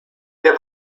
der